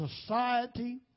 society